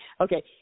Okay